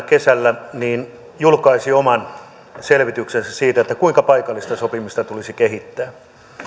kesällä toimeksi saaneena julkaisi oman selvityksensä siitä kuinka paikallista sopimista tulisi kehittää